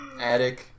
attic